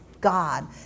God